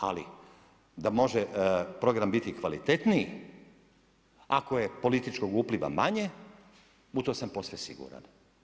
Ali da može program biti kvalitetniji ako je političkog upliva manje u to sam posve siguran.